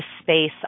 space